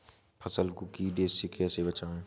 फसल को कीड़े से कैसे बचाएँ?